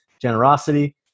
generosity